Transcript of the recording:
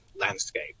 landscape